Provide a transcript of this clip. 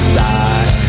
die